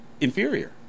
inferior